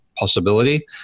possibility